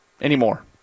anymore